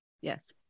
Yes